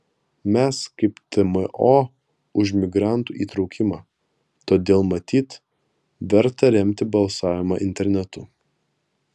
mes kaip tmo už migrantų įtraukimą todėl matyt verta remti balsavimą internetu